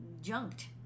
junked